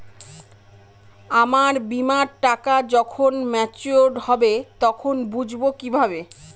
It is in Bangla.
আমার বীমার টাকা যখন মেচিওড হবে তখন বুঝবো কিভাবে?